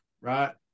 right